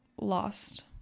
lost